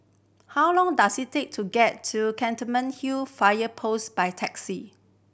how long does it take to get to Fire Post by taxi